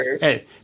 Hey